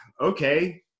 okay